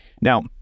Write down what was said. Now